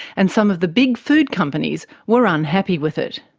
and some of the big food companies were unhappy with it.